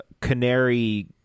canary